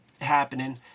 happening